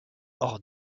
hors